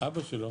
אבא שלו